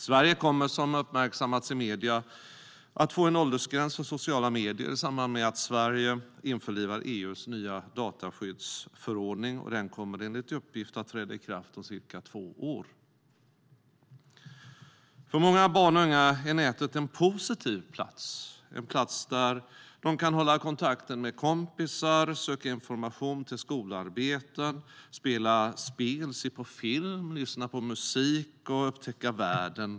Sverige kommer, som uppmärksammats i medierna, att få en åldersgräns för sociala medier i samband med att Sverige införlivar EU:s nya dataskyddsförordning. Den kommer enligt uppgift att träda i kraft om cirka två år. För många barn och unga är nätet en positiv plats, en plats där de kan hålla kontakten med kompisar, söka information till skolarbeten, spela spel, se på film, lyssna på musik och upptäcka världen.